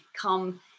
Come